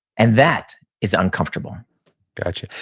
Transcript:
and that is uncomfortable gotcha.